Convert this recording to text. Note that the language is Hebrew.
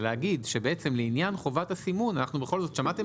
ולהגיד שבעצם לעניין חובת הסימון אנחנו בכל זאת שמעתם